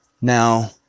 Now